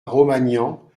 romagnan